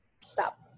Stop